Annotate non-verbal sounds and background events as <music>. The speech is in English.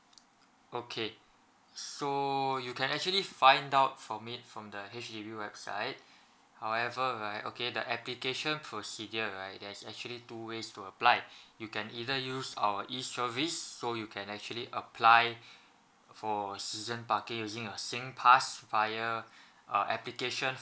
okay so you can actually find out from it from the H_D_B website <breath> however right okay the application procedure right there's actually two ways to apply <breath> you can either use our E service so you can actually apply <breath> for season parking using a singpass via <breath> uh application